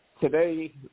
Today